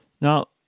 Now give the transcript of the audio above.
Now